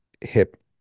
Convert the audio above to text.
hip